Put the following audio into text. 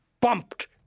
pumped